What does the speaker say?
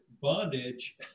bondage